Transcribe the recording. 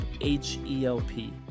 H-E-L-P